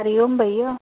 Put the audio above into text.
हरि ओम भैया